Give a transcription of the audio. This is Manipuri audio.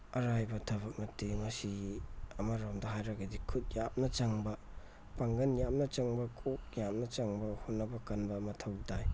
ꯑꯔꯥꯏꯕ ꯊꯕꯛ ꯅꯠꯇꯦ ꯃꯁꯤ ꯑꯃꯔꯣꯝꯗ ꯍꯥꯏꯔꯒꯗꯤ ꯈꯨꯠ ꯌꯥꯝꯅ ꯆꯪꯕ ꯄꯥꯡꯒꯜ ꯌꯥꯝꯅ ꯆꯪꯕ ꯀꯣꯛ ꯌꯥꯝꯅ ꯆꯪꯕ ꯍꯣꯠꯅꯕ ꯀꯟꯕ ꯃꯊꯧ ꯇꯥꯏ